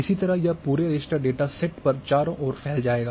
इसी तरह यह पूरे रास्टर डेटा सेट पर चारों ओर फैल जाएगा